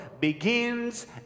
begins